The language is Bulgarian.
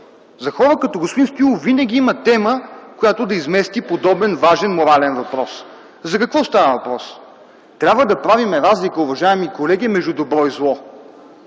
За хора като господин Стоилов винаги има тема, която да измести подобен важен морален въпрос. За какво става въпрос? Трябва да правим разлика, уважаеми колеги, между добро и зло.